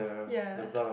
ya